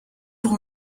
pour